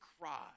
cry